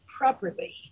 properly